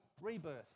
rebirth